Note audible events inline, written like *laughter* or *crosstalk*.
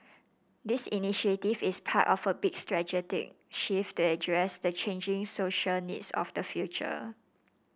this initiative is part of a big *unintelligible* shift to address the changing social needs of the future